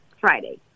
Friday